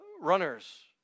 runners